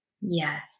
Yes